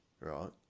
Right